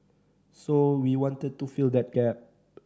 so we wanted to fill that gap